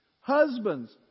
Husbands